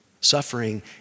suffering